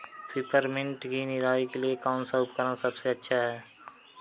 Peppermint की निराई के लिए कौन सा उपकरण सबसे अच्छा है?